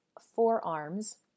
forearms